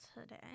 today